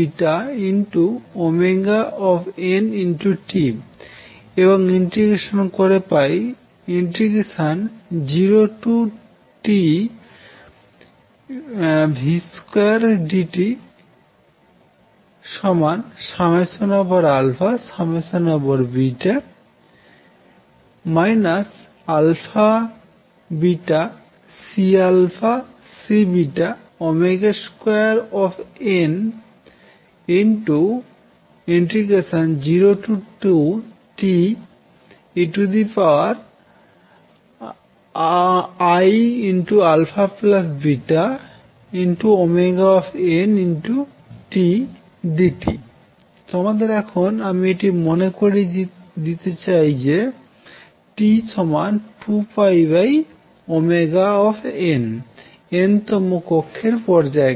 এবং ইন্ট্রিগেশন করে পাই 0Tv2tdt αβCC2n0Teiαβntdt তোমাদের এখন এটি আমি মনে করিয়ে দি যে T 2πω n তম কক্ষের পর্যায়কাল